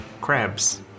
crabs